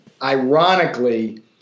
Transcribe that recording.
Ironically